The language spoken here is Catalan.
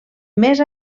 més